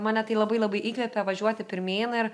mane tai labai labai įkvepia važiuoti pirmyn ir